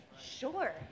Sure